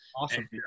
Awesome